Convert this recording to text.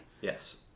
yes